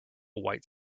white